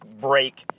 break